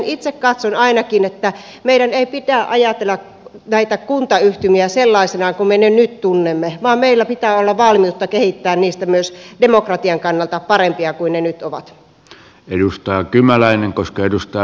itse katson ainakin että meidän ei pidä ajatella näitä kuntayhtymiä sellaisena kuin me ne nyt tunnemme vaan meillä pitää olla valmiutta kehittää niistä myös demokratian kannalta parempia kuin ne nyt ovat